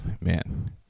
man